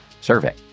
survey